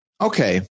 okay